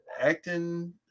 acting